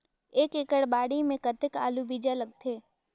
एक एकड़ बाड़ी मे कतेक आलू बीजा लगथे?